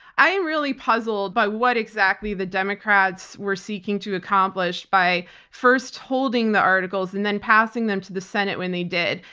i'm really puzzled by what, exactly, the democrats were seeking to accomplish by first holding the articles and then passing them to the senate when they did,